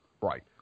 right